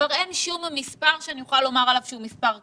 כבר אין שום מספר שאני יכולה לומר עליו שהוא מספר קדוש.